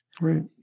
Right